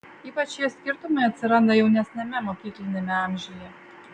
ypač šie skirtumai atsiranda jaunesniame mokykliniame amžiuje